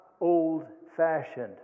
old-fashioned